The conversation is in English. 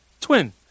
Twin